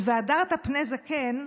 של "והדרת פני זקן",